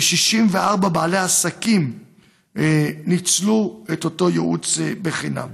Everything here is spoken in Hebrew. ו-64 בעלי עסקים ניצלו את אותו ייעוץ חינם.